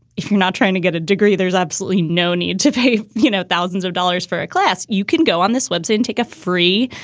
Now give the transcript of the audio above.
if you're not trying to get a degree, there's absolutely no need to pay, you know, thousands of dollars for a class. you can go on this website and take a free.